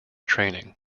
training